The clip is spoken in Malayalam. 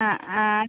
ആ